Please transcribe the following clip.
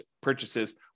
purchases